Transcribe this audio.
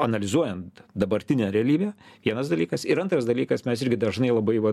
analizuojant dabartinę realybę vienas dalykas ir antras dalykas mes irgi dažnai labai vat